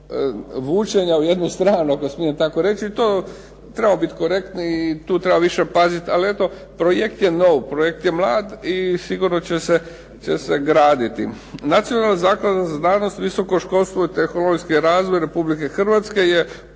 vučenja u jednu stranu, ako smijem tako reći. Trebamo biti korektni i tu treba više paziti. Ali eto projekt je nov, projekt je mlad i sigurno će se graditi. Nacionalna zaklada za znanost, visoko školstvo i tehnologijski razvoj Republike Hrvatske je